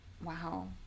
Wow